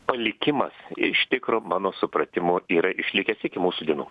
palikimas iš tikro mano supratimu yra išlikęs iki mūsų dienų